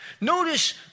Notice